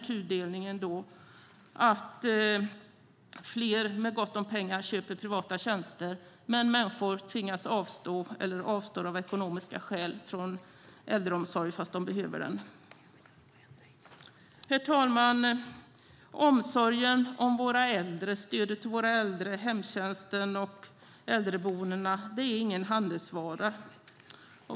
Tudelningen ses i att fler med gott om pengar köper privata tjänster, medan andra människor avstår av ekonomiska skäl från äldreomsorg fast de behöver den. Herr talman! Omsorgen om våra äldre, stödet till våra äldre, hemtjänsten och äldreboendena, är ingen handelsvara.